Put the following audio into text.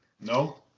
No